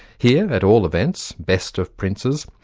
here, at all events, best of princes,